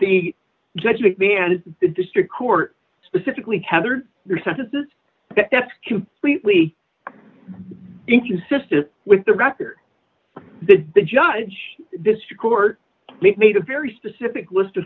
the district court specifically heather their sentences that's completely inconsistent with the record the judge district court made a very specific list